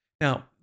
Now